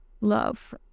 love